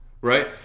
right